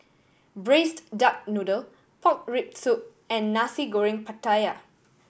Braised Duck Noodle pork rib soup and Nasi Goreng Pattaya